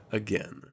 again